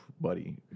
buddy